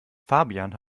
fabian